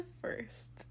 first